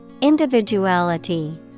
Individuality